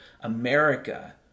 America